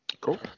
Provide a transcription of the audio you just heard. Cool